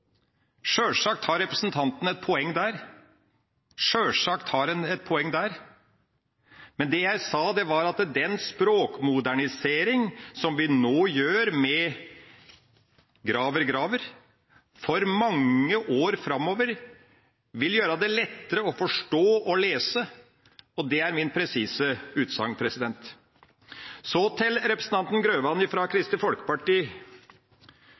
Sjølsagt har representanten et poeng der, sjølsagt har en et poeng der. Men det jeg sa, var at den språkmodernisering som vi nå gjør med Graver–Graver, for mange år framover vil gjøre den lettere å forstå og lese, og det er mitt presise utsagn. Så til representanten Grøvan fra Kristelig Folkeparti: